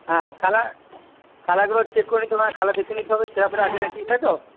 হ্যাঁ কালার কালারগুলো চেক করে নিতে হবে কালার দেখে নিতে হবে ছেঁড়া ফেড়া আছে নাকি তাই তো